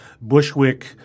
Bushwick